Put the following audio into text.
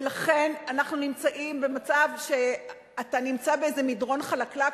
ולכן אנחנו נמצאים במצב של איזה מדרון חלקלק.